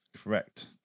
Correct